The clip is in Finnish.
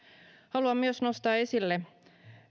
haluan myös nostaa esille